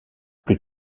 plus